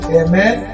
amen